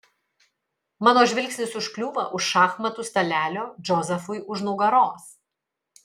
mano žvilgsnis užkliūva už šachmatų stalelio džozefui už nugaros